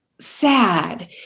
sad